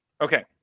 Okay